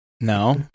No